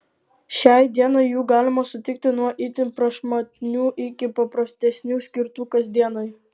šiai dienai jų galima sutikti nuo itin prašmatnių iki paprastesnių skirtų kasdienai